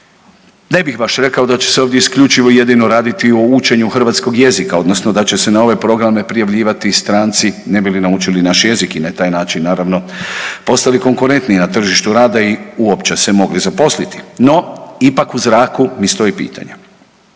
Ne bih baš rekao da će se ovdje isključivo i jedino raditi o učenju hrvatskog jezika odnosno da će se na ove programe prijavljivati i stranci ne bi li naučili naš jezik i na taj način naravno postali konkurentniji na tržištu rada i uopće se mogli zaposliti. No ipak u zraku mi stoji pitanje.